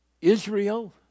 Israel